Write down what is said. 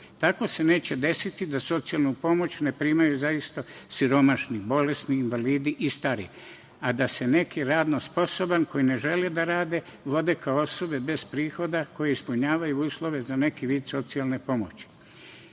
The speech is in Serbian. Tako se neće desiti da socijalnu pomoć ne primaju zaista siromašni, bolesni, invalidi i stari, a da se neki radno sposobni koji ne žele da rade vode kao osobe bez prihoda koji ispunjavaju uslove za neki vid socijalne pomoći. Ja